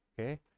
okay